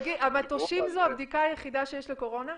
תגיד, המטושים זו הבדיקה היחידה שיש לקורונה?